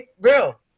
real